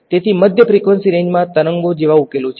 તેથી મધ્ય ફ્રીકવંસી રેંજમાં તરંગો જેવા ઉકેલો છે